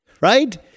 right